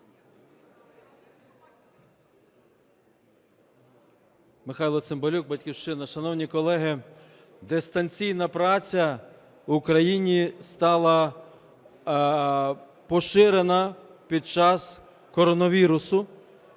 дистанційна праця в Україні стала поширена під час коронавірусу